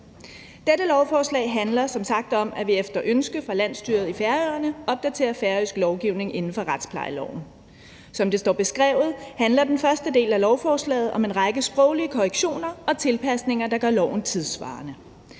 Dette lovforslag handler som sagt om, at vi efter ønske fra landsstyret i Færøerne opdaterer færøsk lovgivning inden for retsplejeloven. Som det står beskrevet, handler den første del af lovforslaget om en række sproglige korrektioner og tilpasninger, der gør loven tidssvarende.